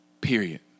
Period